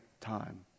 time